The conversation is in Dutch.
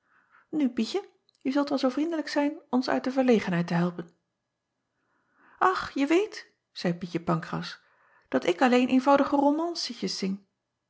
u ietje je zult wel zoo vriendelijk zijn ons uit de verlegenheid te helpen ch je weet zeî ietje ancras dat ik alleen eenvoudige romancetjes